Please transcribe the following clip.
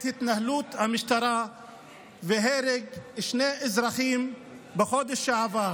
את התנהלות המשטרה והרג שני אזרחים בחודש שעבר.